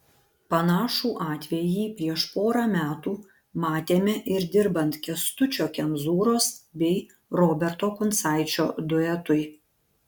panašų atvejį prieš porą metų matėme ir dirbant kęstučio kemzūros bei roberto kuncaičio duetui